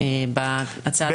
בהצעת החוק.